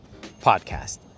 Podcast